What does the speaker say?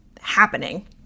happening